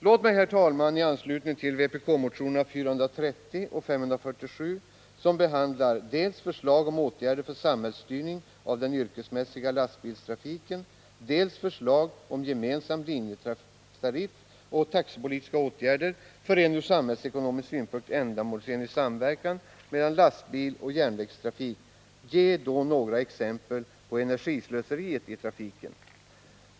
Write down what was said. Låt mig, herr talman, i anslutning till vpk-motionerna 430 och 547, som behandlar dels förslag om åtgärder för samhällsstyrning av den yrkesmässiga lastbilstrafiken, dels förslag om gemensam linjetariff och taxepolitiska åtgärder för en ur samhällsekonomisk synpunkt ändamålsenlig samverkan mellan lastbilsoch järnvägstrafik, ge några exempel på energislöseriet i trafiken.